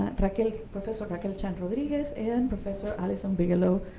raquel professor raquel chang-rodriguez and professor allison bigelow,